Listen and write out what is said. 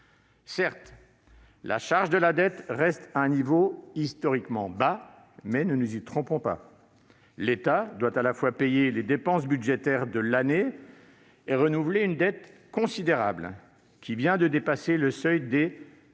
Certes, la charge de la dette reste à un niveau historiquement bas, mais ne nous y trompons pas : l'État doit à la fois payer les dépenses budgétaires de l'année et renouveler une dette considérable qui vient de dépasser le seuil des 2 000 milliards